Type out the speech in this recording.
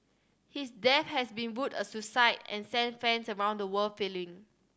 his death has been ruled a suicide and sent fans around the world reeling